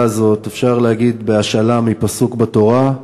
הזאת אפשר להגיד בהשאלה מפסוק בתורה: